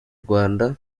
rwanda